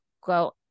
go